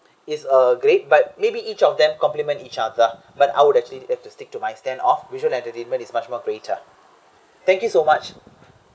it's a great but maybe each of them complement each other but I would actually have to stick to my stand of visual entertainment is much more greater thank you so much